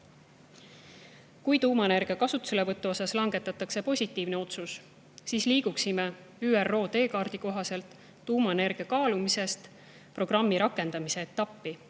Kui tuumaenergia kasutuselevõtu kohta langetataks positiivne otsus, siis liiguksime ÜRO teekaardi kohaselt tuumaenergia kaalumisest programmi rakendamise etappi,